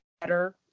better